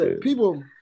people